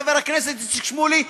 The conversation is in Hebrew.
חבר הכנסת איציק שמולי,